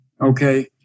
Okay